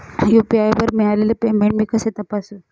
UPI वर मिळालेले payment मी कसे तपासू?